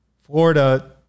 Florida